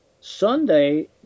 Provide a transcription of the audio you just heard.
Sunday